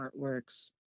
artworks